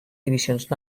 divisions